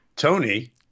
Tony